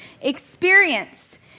Experience